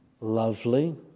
Lovely